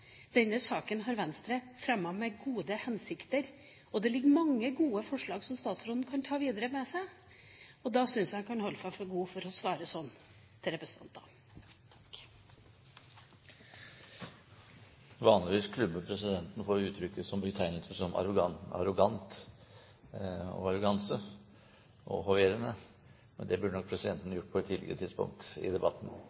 Denne saken har Venstre fremmet med gode hensikter, og det ligger mange gode forslag som statsråden kan ta med seg videre. Da syns jeg han kan holde seg for god til å svare representanten sånn. Vanligvis klubber presidenten for uttrykk og betegnelser som arrogant, arroganse og hoverende. Det burde nok presidenten